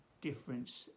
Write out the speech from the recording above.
difference